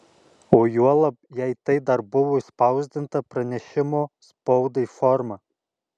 o juolab jei tai dar buvo išspausdinta pranešimo spaudai forma